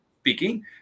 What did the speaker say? speaking